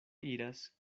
iras